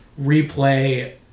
replay